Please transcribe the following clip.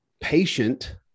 patient